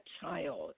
child